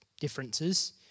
differences